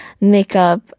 makeup